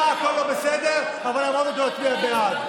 הכול לא בסדר אבל למרות זאת הוא יצביע בעד.